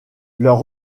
leur